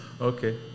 Okay